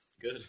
Good